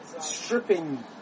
stripping